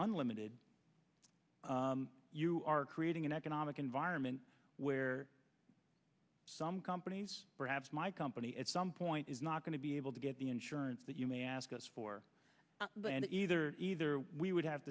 unlimited you are creating an economic environment where some companies perhaps my company at some point is not going to be able to get the insurance that you may ask us for the and either either we would have